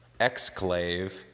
exclave